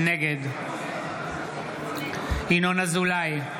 נגד ינון אזולאי,